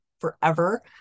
forever